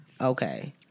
okay